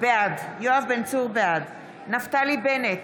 בעד נפתלי בנט,